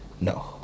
No